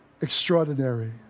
extraordinary